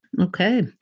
okay